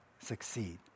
succeed